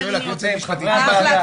אני שואל אם זה חברי הוועדה?